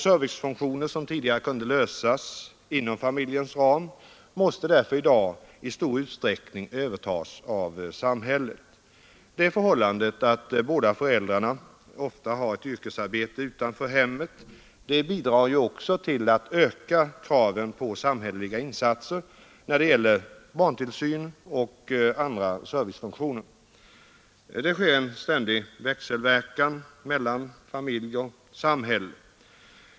Servicefunktioner som tidigare kunde handhas inom familjens ram måste därför i dag i stor utsträckning övertas av samhället. Det förhållandet, att båda föräldrarna ofta har yrkesarbete utanför hemmet, bidrar också till att öka kraven på samhälleliga insatser när det gäller barntillsyn och andra servicefunktioner, Det sker en ständig växelverkan mellan familj och samhälle.